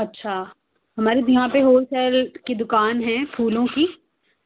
اچھا ہماری بھی یہاں پہ ہول سیل كی دُكان ہے پھولوں كی